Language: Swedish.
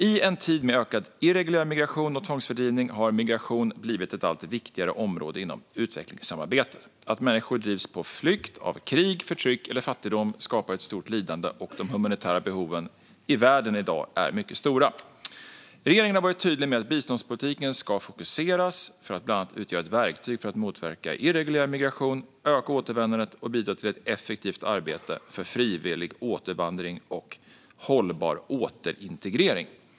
I en tid med ökad irreguljär migration och tvångsfördrivning har migration blivit ett allt viktigare område inom utvecklingssamarbetet. Att människor drivs på flykt av krig, förtryck eller fattigdom skapar ett stort lidande, och de humanitära behoven i världen är i dag mycket stora. Regeringen har varit tydlig med att biståndspolitiken ska fokuseras för att bland annat utgöra ett verktyg för att motverka irreguljär migration, öka återvändandet och bidra till ett effektivt arbete för frivillig återvandring och hållbar återintegrering.